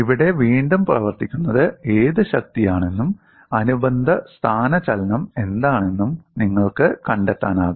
ഇവിടെ വീണ്ടും പ്രവർത്തിക്കുന്നത് ഏത് ശക്തിയാണെന്നും അനുബന്ധ സ്ഥാനചലനം എന്താണെന്നും നിങ്ങൾക്ക് കണ്ടെത്താനാകും